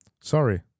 sorry